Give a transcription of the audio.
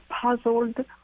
puzzled